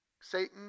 Satan